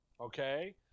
okay